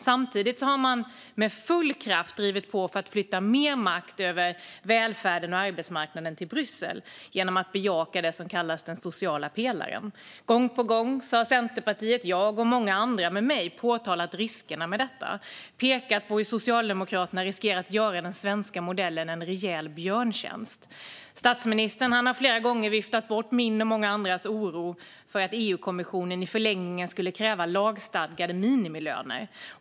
Samtidigt har man med full kraft drivit på för att flytta mer makt över välfärden och arbetsmarknaden till Bryssel genom att bejaka det som kallas den sociala pelaren. Gång på gång har Centerpartiet, jag själv och många med mig påtalat riskerna med detta. Vi har pekat på hur Socialdemokraterna riskerar att göra den svenska modellen en rejäl björntjänst. Statsministern har flera gånger viftat bort min och många andras oro för att EU-kommissionen i förlängningen skulle kräva lagstadgade minimilöner.